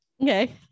Okay